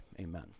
Amen